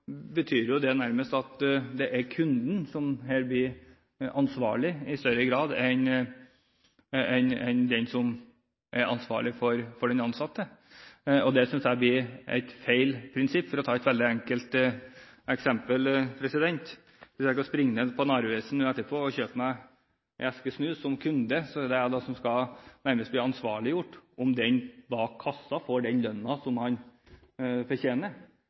betyr det nærmest at det er kunden som blir ansvarlig for den ansatte – i større grad enn den som har ansatt. Det synes jeg blir et feil prinsipp. For å ta et veldig enkelt eksempel: Hvis jeg skal springe ned til Narvesen og kjøpe meg en eske snus, er det jeg som kunde som nærmest skal bli ansvarliggjort for om den bak kassen får den lønnen som vedkommende fortjener. Det synes jeg blir et for stort ansvar å pålegge meg som